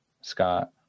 Scott